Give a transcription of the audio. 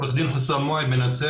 אני עורך דין חוסאם מועד מנצרת,